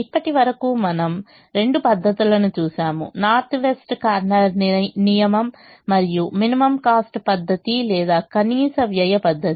ఇప్పటివరకు మనం రెండు పద్ధతులను చూశాము నార్త్ వెస్ట్ కార్నర్ నియమం మరియు మినిమం కాస్ట్ పద్ధతి లేదా కనీస వ్యయ పద్ధతి